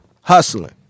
hustling